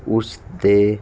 ਉਸਦੇ